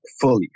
fully